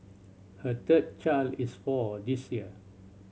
her third child is four this year